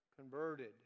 converted